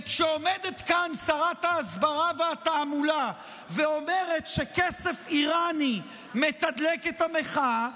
וכשעומדת כאן שרת ההסברה והתעמולה ואומרת שכסף איראני מתדלק את המחאה,